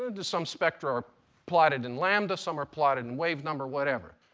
and some spectra are plotted in lambda, some are plotted in wave number, whatever.